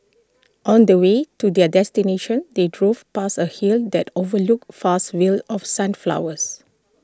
on the way to their destination they drove past A hill that overlooked vast fields of sunflowers